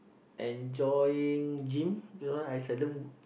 enjoying gym you know I seldom